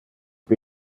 for